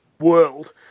world